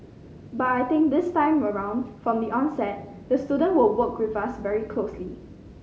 but I think this time around from the onset the student will work with us very closely